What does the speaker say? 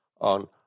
on